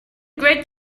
great